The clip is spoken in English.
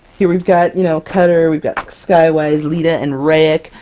here we've got, you know cutter, we've got skywise, leetah, and rayek,